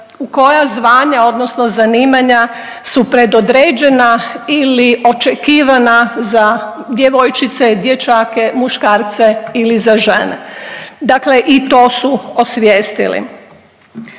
u koja zvanja, odnosno zanimanja su predodređena ili očekivana za djevojčice, dječake, muškarce ili za žene. Dakle i to su osvijestili.